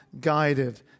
guided